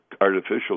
artificial